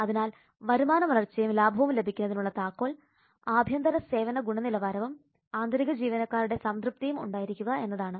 അതിനാൽ വരുമാന വളർച്ചയും ലാഭവും ലഭിക്കുന്നതിനുള്ള താക്കോൽ ആഭ്യന്തര സേവന ഗുണനിലവാരവും ആന്തരിക ജീവനക്കാരുടെ സംതൃപ്തിയും ഉണ്ടായിരിക്കുക എന്നതാണ്